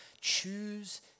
choose